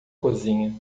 cozinha